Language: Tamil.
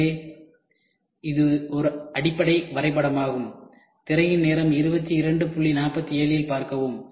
எனவே இது ஒரு அடிப்படை வரைபடம் ஆகும்